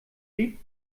sie